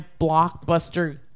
blockbuster